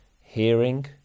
hearing